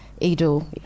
Edo